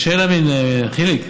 חיליק,